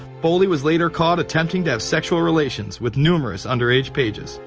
foley was later caught attempting to have sexual relations. with numerous underage pages.